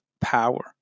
power